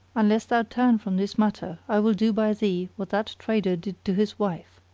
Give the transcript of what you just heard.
unless thou turn from this matter i will do by thee what that trader did to his wife.